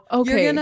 okay